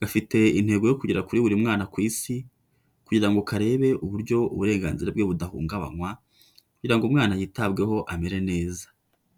gafite intego yo kugera kuri buri mwana ku isi kugira ngo karebe uburyo uburenganzira bwe budahungabanywa kugira ngo umwana yitabweho amere neza,